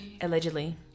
Allegedly